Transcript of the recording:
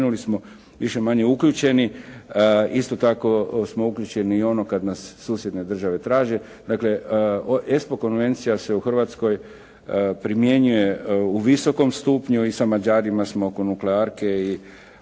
spomenuli smo više-manje uključeni. Isto tako smo uključeni i u ono kad nas susjedne države traže. Dakle, ESPO konvencija se u Hrvatskoj primjenjuje u visokom stupnju. I sa Mađarima smo oko nuklearke i sve